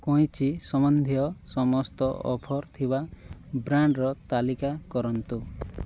କଇଁଚି ସମ୍ବନ୍ଧୀୟ ସମସ୍ତ ଅଫର୍ ଥିବା ବ୍ରାଣ୍ଡର ତାଲିକା କରନ୍ତୁ